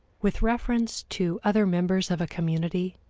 with reference to other members of a community,